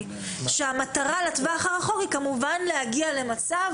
המטרה לטווח הרחוק היא כמובן להגיע למצב